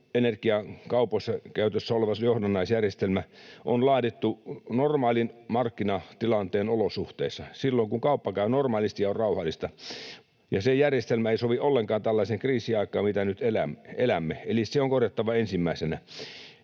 kaupassa käytössä oleva johdannaisjärjestelmä on laadittu normaalin markkinatilanteen olosuhteissa, silloin kun kauppa käy normaalisti ja on rauhallista, ja se järjestelmä ei sovi ollenkaan tällaiseen kriisiaikaan, mitä nyt elämme. Eli se on korjattava ensimmäisenä.